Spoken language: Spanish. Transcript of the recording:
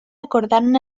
acordaron